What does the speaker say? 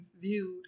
viewed